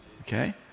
Okay